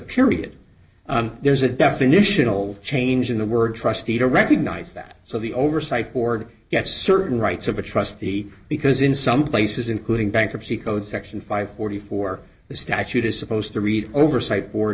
period there's a definitional change in the word trustee to recognize that so the oversight board have certain rights of a trustee because in some places including bankruptcy code section five forty four the statute is supposed to read oversight board